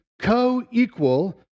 co-equal